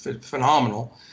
phenomenal